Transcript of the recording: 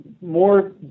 more